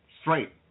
straight